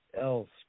else